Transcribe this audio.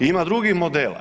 Ima drugih modela.